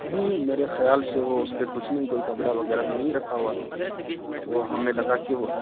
نہیں میرے خیال سے وہ اس پہ کچھ نہیں کوئی کپڑا وغیرہ تو نہیں رکھا ہوا تھا وہ ہمیں لگا کہ وہ